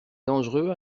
dangereux